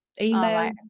email